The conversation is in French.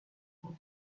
nous